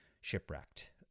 shipwrecked